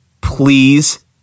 please